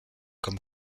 comme